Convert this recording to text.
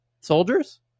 soldiers